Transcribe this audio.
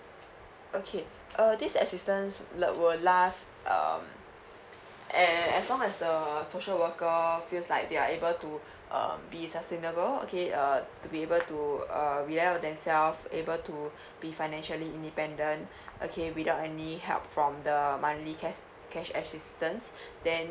okay uh this assistance lurk will last um eh as long as the social worker feels like they're able to um be sustainable okay uh to be able to err rely on themselves able to be financially independent okay without any help from the monthly cash cash assistance then